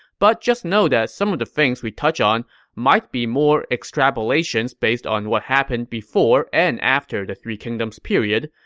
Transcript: but just know that some of the things we touch on might be more extrapolations based on what happened before and after the three kingdoms period,